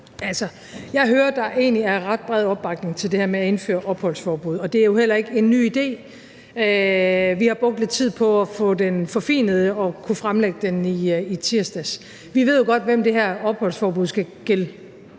Jeg hører, at der egentlig er ret bred opbakning til det her med at indføre opholdsforbud, og det er jo heller ikke en ny idé. Vi har brugt lidt tid på at få den forfinet og kunne så fremlægge den i tirsdags. Vi ved jo godt, hvem det her opholdsforbud skal gælde.